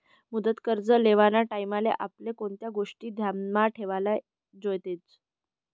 मुदत कर्ज लेवाना टाईमले आपले कोणत्या गोष्टी ध्यानमा ठेवाले जोयजेत